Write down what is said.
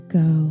go